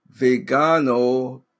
Vegano